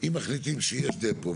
אם מחליטים שיש דפו.